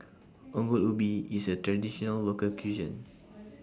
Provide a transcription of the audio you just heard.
Ongol Ubi IS A Traditional Local Cuisine